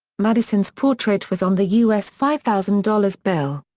madison's portrait was on the u s. five thousand dollars bill.